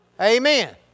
Amen